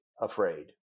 Afraid